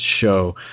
show